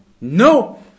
No